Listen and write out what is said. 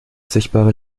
sichtbare